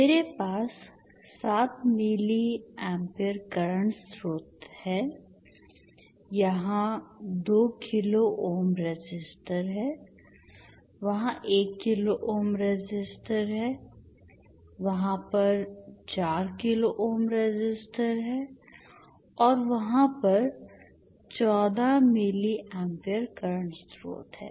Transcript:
मेरे पास 7 milli amp current स्रोतों है यहां 2 किलो ओम रेसिस्टर है वहां 1 किलो ओम रेसिस्टर है वहां पर 4 किलो ओम रेसिस्टर है और वहां पर 14 मिली amp करंट स्रोतों है